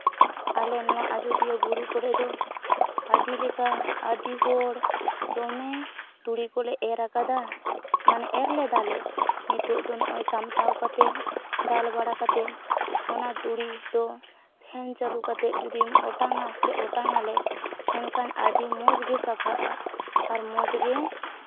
ᱟᱞᱮ ᱱᱚᱣᱟ ᱟᱡᱳᱫᱤᱭᱟᱹ ᱵᱩᱨᱩ ᱠᱚᱨᱮᱫ ᱫᱚ ᱟᱹᱰᱤ ᱞᱮᱠᱟ ᱟᱹᱰᱤ ᱦᱚᱲ ᱫᱚᱢᱮ ᱛᱩᱲᱤ ᱠᱚᱞᱮ ᱮᱨ ᱠᱟᱫᱟ ᱢᱟᱱᱮ ᱮᱨ ᱞᱮᱫᱟᱞᱮ ᱱᱤᱛᱚᱜ ᱫᱚ ᱱᱚᱜᱼᱚᱭ ᱥᱟᱢᱴᱟᱣ ᱠᱟᱛᱮᱫ ᱫᱟᱞ ᱵᱟᱲᱟ ᱠᱟᱛᱮᱫ ᱚᱱᱟ ᱛᱩᱲᱤ ᱫᱚ ᱯᱷᱮᱱ ᱪᱟᱹᱞᱩ ᱠᱟᱛᱮᱫ ᱡᱩᱫᱤᱢ ᱚᱴᱟᱝᱼᱟ ᱥᱮ ᱚᱴᱟᱝᱼᱟᱞᱮ ᱮᱱᱠᱷᱟᱱ ᱟᱹᱰᱤ ᱢᱚᱡᱽ ᱜᱮ ᱥᱟᱯᱷᱟᱜᱼᱟ ᱟᱨ ᱢᱚᱡᱽᱜᱮ